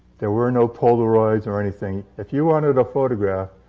there were no polaroids or anything. if you wanted a photograph,